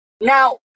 now